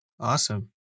Awesome